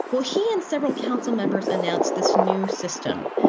well, he and several council members announced this new system,